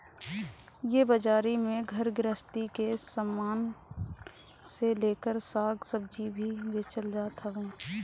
इ बाजारी में घर गृहस्ती के सामान से लेकर साग सब्जी भी बेचल जात हवे